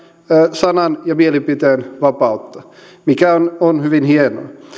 sanan ja mielipiteenvapautta mikä on on hyvin hienoa